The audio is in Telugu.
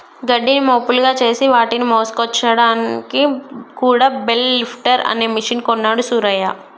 గడ్డిని మోపులుగా చేసి వాటిని మోసుకొచ్చాడానికి కూడా బెల్ లిఫ్టర్ అనే మెషిన్ కొన్నాడు సూరయ్య